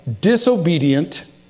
disobedient